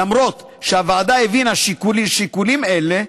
למרות שהוועדה הבינה שיקולים אלה,